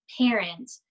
parent